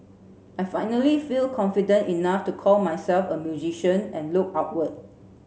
I finally feel confident enough to call myself a musician and look outward